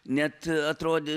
net atrodė